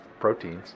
proteins